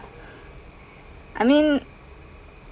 I mean